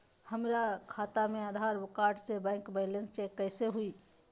हमरा खाता में आधार कार्ड से बैंक बैलेंस चेक कैसे हुई?